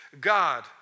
God